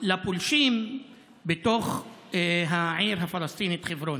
לפולשים בתוך העיר הפלסטינית חברון.